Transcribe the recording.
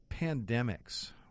pandemics